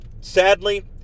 sadly